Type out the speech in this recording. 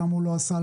למה הוא לא עשה,